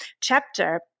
chapter